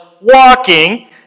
walking